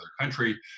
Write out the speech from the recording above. country